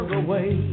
away